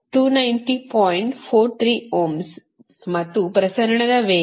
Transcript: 43 ohm ಮತ್ತು ಪ್ರಸರಣದ ವೇಗ